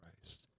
Christ